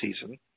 season